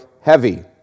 heavy